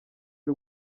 y’u